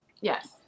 Yes